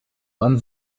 wann